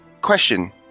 question